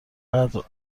قدر